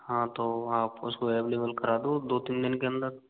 हाँ तो आप उसको अवेलेबल कर दो तीन दिन के अंदर